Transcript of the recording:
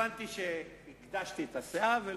הבנתי שהגדשתי את הסאה.